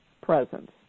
presence